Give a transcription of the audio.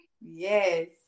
Yes